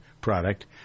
product